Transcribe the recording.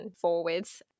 forwards